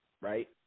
Right